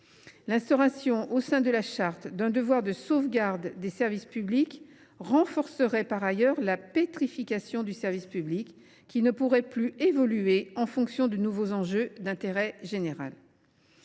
L’instauration par la charte d’un devoir de sauvegarde des services publics renforcerait par ailleurs la « pétrification » du service public, lequel ne pourrait plus évoluer en fonction de nouveaux enjeux d’intérêt général.